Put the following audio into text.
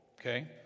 okay